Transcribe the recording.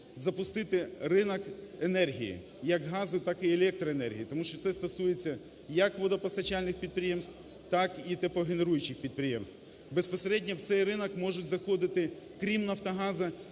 запустити ринок енергії як газу так і електроенергії тому що це стосується як водопостачальних підприємств, так і теплогенеруючих підприємств. Безпосередньо в цей ринок можуть заходити крім "Нафтогазу"